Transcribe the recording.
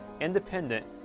independent